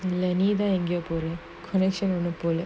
இல்ல நீதா எங்கயோ போர:illa neethaa engayo pora connection ஒன்னு போல:onnu pola